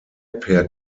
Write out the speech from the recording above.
per